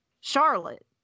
Charlotte